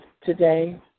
today